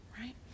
right